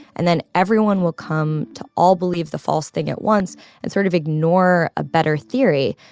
and then everyone will come to all believe the false thing at once and sort of ignore a better theory.